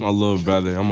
ah little brother um